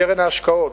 קרן ההשקעות,